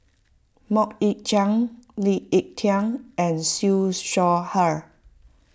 Mok Ying Jang Lee Ek Tieng and Siew Shaw Her